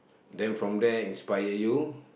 then from there inspire you